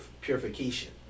purification